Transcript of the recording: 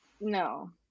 No